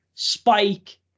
spike